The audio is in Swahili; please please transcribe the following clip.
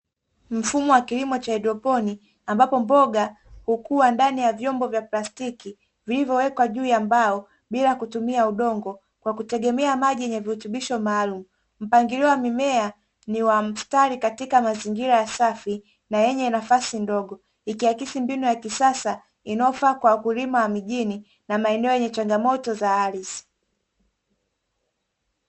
Mfumo wa kilimo cha haidroponi ambapo mboga hukuwa ndani ya vyombo vya plastiki vilivyowekwa juu ya mbao bila kutumia udongo kwa kutegemea maji yenye virutubisho maalum, mpangilio wa mimea ni wa mstari katika mazingira ya safi na yenye nafasi ndogo ikiakisi mbinu ya kisasa inayofaa kwa wakulima wa mijini na maeneo yenye changamoto za ardhi.